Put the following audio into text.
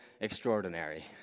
extraordinary